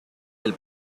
del